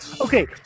Okay